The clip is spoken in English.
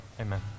amen